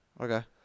Okay